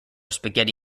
spaghetti